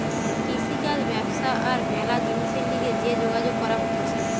কৃষিকাজ ব্যবসা আর ম্যালা জিনিসের লিগে যে যোগাযোগ করা হতিছে